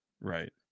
Right